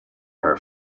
her